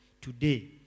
Today